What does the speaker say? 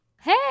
Hey